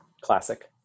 Classic